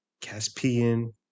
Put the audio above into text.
Caspian